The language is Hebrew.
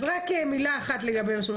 אז רק מילה אחת לגבי מסלול בטוח,